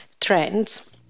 trends